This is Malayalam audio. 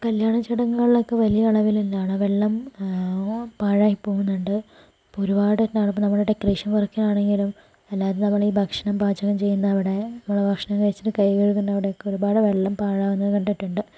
കല്യാണ ചടങ്ങുകളിലൊക്കെ വലിയ അളവിലാണ് വെള്ളം പാഴായി പോകുന്നുണ്ട് അപ്പോൾ ഒരുപാട് എന്താണ് ഡെക്കറേഷൻ വർക്കിനാണെങ്കിലും അല്ലാതെ നമ്മളീ ഭക്ഷണ പാചകം ചെയ്യുന്നവിടെ നമ്മള് ഭക്ഷണം കഴിച്ചിട്ട് കൈ കഴുകുന്നവിടെ ഒക്കെ ഒരുപാട് വെള്ളം പാഴാവുന്നത് കണ്ടിട്ടുണ്ട്